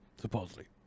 supposedly